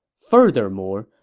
furthermore,